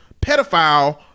pedophile